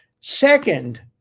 Second